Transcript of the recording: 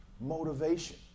motivation